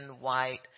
white